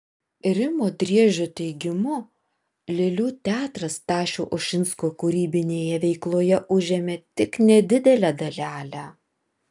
rimo driežio teigimu lėlių teatras stasio ušinsko kūrybinėje veikloje užėmė tik nedidelę dalelę